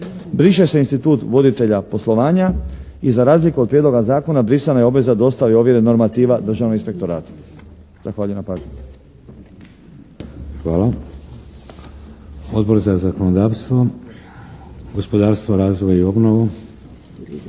briše se institut voditelja poslovanja i za razliku od prijedloga zakona brisanja je obveza o dostavi ovjere normativa Državnom inspektoratu. Zahvaljujem na pažnji. **Šeks, Vladimir (HDZ)** Hvala. Odbor za zakonodavstvo, gospodarstvo, razvoj i obnovu?